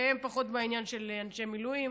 שהם פחות בעניין של אנשי מילואים.